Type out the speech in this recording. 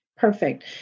Perfect